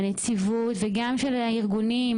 הנציבות וגם של הארגונים,